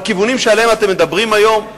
בכיוונים שעליהם אתם מדברים היום?